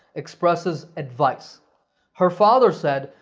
expresses advice her father said,